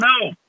no